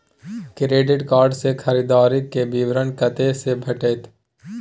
Credit card से खरीददारी के विवरण कत्ते से भेटतै?